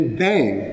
bang